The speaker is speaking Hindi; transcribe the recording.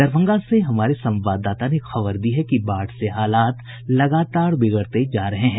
दरभंगा से हमारे संवाददाता ने खबर दी है कि बाढ़ से हालात लगातार बिगड़ते जा रहे हैं